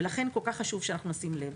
ולכן, כול כך חשוב שנשים לב.